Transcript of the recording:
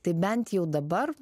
tai bent jau dabar